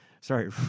sorry